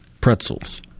pretzels